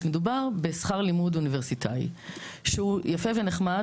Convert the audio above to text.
מדובר בשכר לימוד אוניברסיטאי שהוא יפה ונחמד,